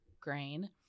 grain